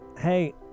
hey